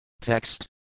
Text